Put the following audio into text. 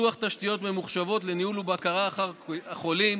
פיתוח תשתיות ממוחשבות לניהול ובקרה אחר קופות החולים,